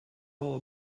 all